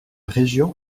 région